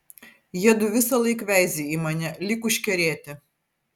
jiedu visąlaik veizi į mane lyg užkerėti